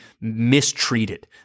mistreated